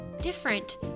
different